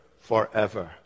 forever